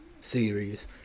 series